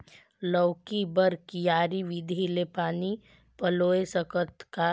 लौकी बर क्यारी विधि ले पानी पलोय सकत का?